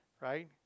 right